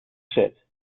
set